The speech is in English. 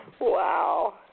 Wow